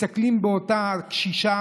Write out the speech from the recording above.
מסתכלים באותה קשישה,